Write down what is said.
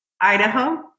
Idaho